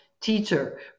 teacher